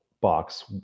box